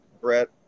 Brett